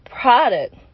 product